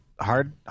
Hard